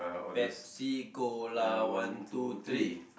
Pepsi Cola one two three